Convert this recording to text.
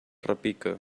repica